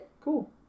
cool